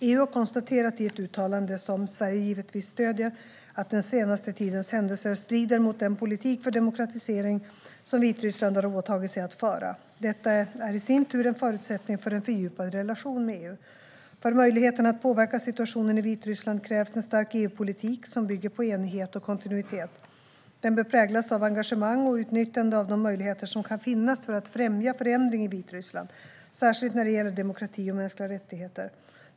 EU har konstaterat i ett uttalande, som Sverige givetvis stöder, att den senaste tidens händelser strider mot den politik för demokratisering som Vitryssland har åtagit sig att föra. Detta är i sin tur en förutsättning för en fördjupad relation med EU. För möjligheten att påverka situationen i Vitryssland krävs en stark EU-politik som bygger på enighet och kontinuitet. Den bör präglas av engagemang och utnyttjande av de möjligheter som kan finnas för att främja förändring i Vitryssland, särskilt när det gäller demokrati och mänskliga rättigheter.